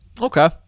Okay